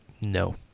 No